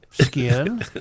skin